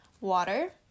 water